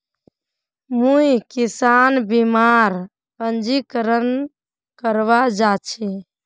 मुई किसान बीमार पंजीकरण करवा जा छि